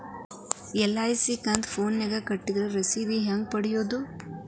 LIC ಕಂತು ಫೋನದಾಗ ಕಟ್ಟಿದ್ರ ರಶೇದಿ ಹೆಂಗ್ ಪಡೆಯೋದು?